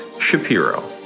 Shapiro